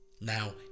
Now